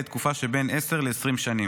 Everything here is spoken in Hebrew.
לתקופה שבין 10 ל-20 שנים.